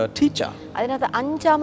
teacher